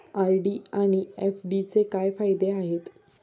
RD आणि एफ.डीचे काय फायदे आहेत?